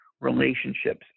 relationships